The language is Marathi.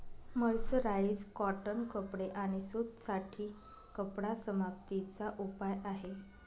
मर्सराइज कॉटन कपडे आणि सूत साठी कपडा समाप्ती चा उपाय आहे